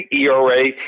ERA